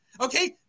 okay